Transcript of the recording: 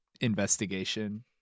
investigation